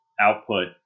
output